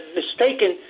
mistaken